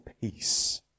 peace